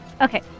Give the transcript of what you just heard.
Okay